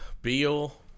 Beal